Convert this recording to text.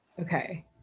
Okay